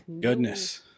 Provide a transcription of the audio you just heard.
goodness